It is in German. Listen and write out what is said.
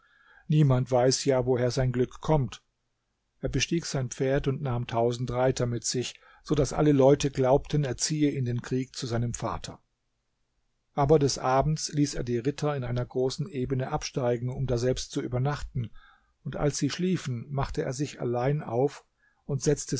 niemand weiß ja woher sein glück kommt er bestieg sein pferd und nahm tausend reiter mit sich so daß alle leute glaubten er ziehe in den krieg zu seinem vater aber des abends ließ er die ritter in einer großen ebene absteigen um daselbst zu übernachten und als sie schliefen machte er sich allein auf setzte